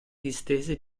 distese